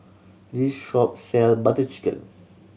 this shop sell Butter Chicken